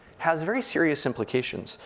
has very serious implications,